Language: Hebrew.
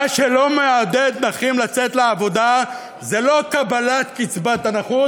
מה שלא מעודד נכים לצאת לעבודה זה לא קבלת קצבת הנכות,